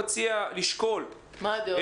מה הדעות?